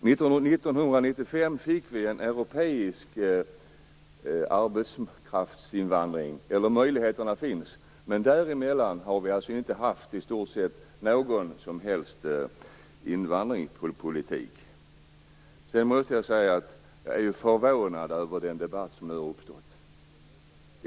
1995 fick vi möjligheter till en europeisk arbetskraftsinvandring, men däremellan har vi alltså i stort sett inte haft någon som helst invandringspolitik. Sedan måste jag säga att jag är förvånad över den debatt som nu har uppstått.